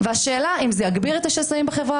והשאלה אם זה יגביר את השסעים בחברה